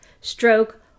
stroke